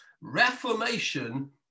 reformation